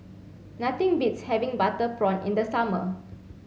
nothing beats having butter prawn in the summer